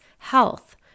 Health